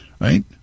right